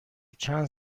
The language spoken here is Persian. چند